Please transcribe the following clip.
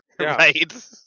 Right